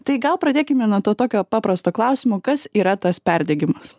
tai gal pradėkime nuo to tokio paprasto klausimo kas yra tas perdegimas